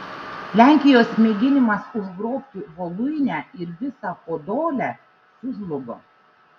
lenkijos mėginimas užgrobti voluinę ir visą podolę sužlugo